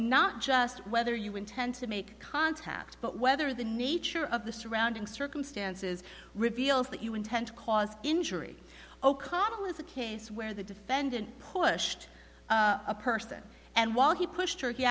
not just whether you intend to make contact but whether the nature of the surrounding circumstances reveals that you intend to cause injury o'connell is a case where the defendant pushed a person and while he pushed her he